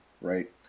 right